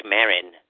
Marin